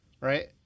right